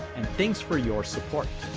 and thanks for your support.